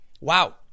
Wow